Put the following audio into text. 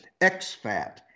XFat